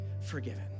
forgiven